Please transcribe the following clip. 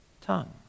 tongue